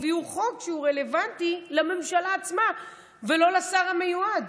הוא רלוונטי לממשלה עצמה ולא לשר המיועד.